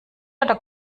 oder